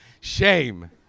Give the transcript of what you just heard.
Shame